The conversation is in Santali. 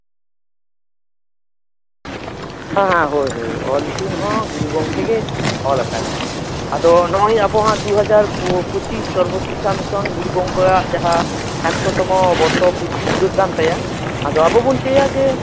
ᱦᱮᱸ ᱦᱳᱭ ᱦᱳᱭ ᱚᱞ ᱤᱛᱩᱱ ᱦᱚᱸ ᱜᱩᱨᱩ ᱜᱚᱝᱠᱮ ᱜᱮᱭ ᱚᱞ ᱟᱠᱟᱫᱟᱭ ᱟᱫᱚ ᱱᱚᱜᱼᱚᱭ ᱟᱵᱚ ᱦᱚᱸ ᱫᱩ ᱦᱟᱡᱟᱨ ᱯᱚᱸᱪᱤᱥ ᱥᱚᱨᱵᱚ ᱥᱤᱠᱠᱷᱟ ᱢᱤᱥᱚᱱ ᱜᱩᱨᱩ ᱜᱚᱝᱠᱮᱭᱟᱜ ᱡᱟᱦᱟᱸ ᱮᱠᱥᱚᱛᱚᱢᱚ ᱵᱚᱨᱥᱚ ᱯᱩᱨᱛᱤ ᱯᱩᱨᱟᱹᱜ ᱠᱟᱱ ᱛᱟᱭᱟ ᱟᱫᱚ ᱟᱵᱚ ᱵᱚᱱ ᱪᱟᱹᱭᱟ ᱡᱮ